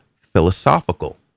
philosophical